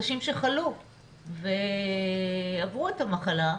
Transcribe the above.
אנשים שחלו ועברו את המחלה,